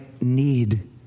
need